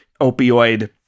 opioid